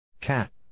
Cat